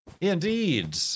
Indeed